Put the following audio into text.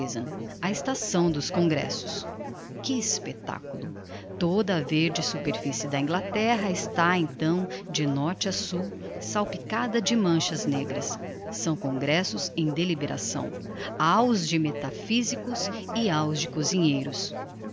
a estação dos congressos que espectaculo toda a verde superficie da inglaterra está então de norte a sul salpicada de manchas negras são congressos em deliberação ha os de metaphysicos e ha os de cosinheiros